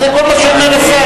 זה כל מה שאומר השר.